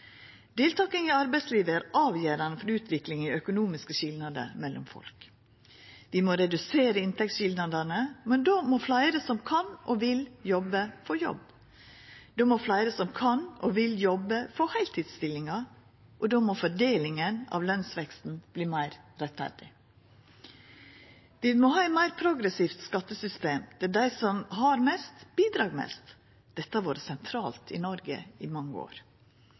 Deltaking i arbeidslivet er avgjerande for utvikling i økonomiske skilnader mellom folk. Vi må redusera inntektsskilnadene, men då må fleire som kan og vil jobba, få jobb. Då må fleire som kan og vil jobba, få heiltidsstillingar. Og då må fordelinga av lønsveksten verta meir rettferdig. Vi må ha eit meir progressivt skattesystem, der dei som har mest, bidreg mest. Dette har vore sentralt i Noreg i mange år.